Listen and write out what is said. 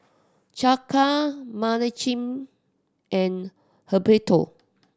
Chaka Menachem and Humberto